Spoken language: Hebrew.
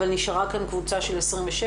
אבל נשארה כאן קבוצה של 27,